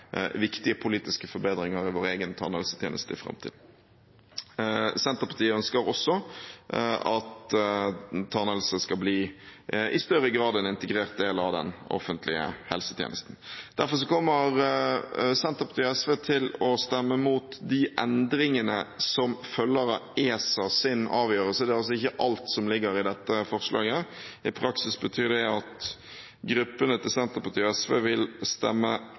viktige politiske forbedringer i vår egen tannhelsetjeneste i framtiden. Senterpartiet ønsker også at tannhelsetjenesten i større grad skal bli en integrert del av den offentlige helsetjenesten. Derfor kommer Senterpartiet og SV til å stemme mot de endringene som følger av ESAs avgjørelse. Det er altså ikke alt som ligger i dette forslaget. I praksis betyr det at gruppene til Senterpartiet og SV vil stemme